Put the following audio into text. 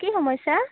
কি সমস্যা